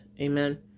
Amen